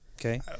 Okay